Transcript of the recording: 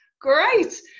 Great